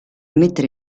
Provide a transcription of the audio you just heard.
mettere